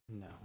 no